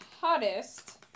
hottest